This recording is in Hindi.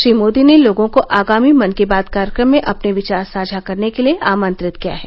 श्री मोदी ने लोगों को आगामी मन की बात कार्यक्रम में अपने विचार साझा करने के लिए आमंत्रित किया है